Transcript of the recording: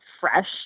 fresh